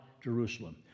Jerusalem